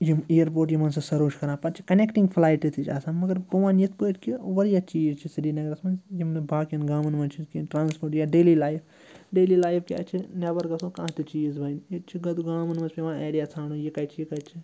یِم اِیَرپوٹ یِم ہسا سٔرٕو چھِ کَران پَتہٕ چھِ کنٮ۪کٹِنٛگ فٕلایٹہٕ تہِ چھِ آسان مگر بہٕ وَنہٕ یِتھ پٲٹھۍ کہِ واریاہ چیٖز چھِ سرینگرَس منٛز یِم نہٕ باقیَن گامَن منٛز چھِنہٕ کِہیٖنۍ ٹرٛانَسپوٹ یا ڈیلی لایِف ڈیلی لایِف کیٛاہ چھِ نٮ۪بَر گژھو کانٛہہ تہِ چیٖز بَنہِ ییٚتہِ چھِ گۄڈٕ گامَن منٛز پٮ۪وان ایریا ژھانٛڈُن یہِ کَتہِ چھِ یہِ کَتہِ چھِ